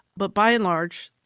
but by and large,